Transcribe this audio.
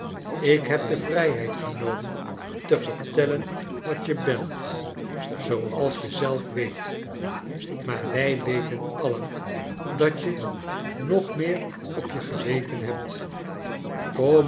ik heb de vrijheid genomen te vertellen wat je bent r zooals je zelf weet maar wij weten alien dat je nog veel meer op je geweten hebt